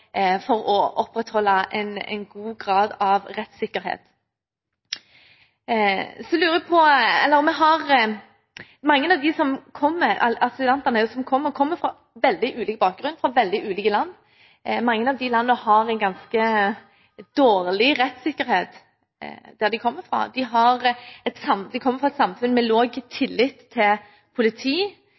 for å opprettholde en god grad av rettssikkerhet? De asylantene som kommer, har veldig ulik bakgrunn og kommer fra veldig ulike land. Mange av disse har ganske dårlig rettssikkerhet der de kommer fra, de kommer fra samfunn med lav tillit til politi,